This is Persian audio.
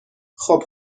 خوب